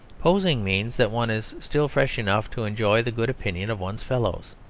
posing means that one is still fresh enough to enjoy the good opinion of one's fellows.